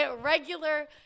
Regular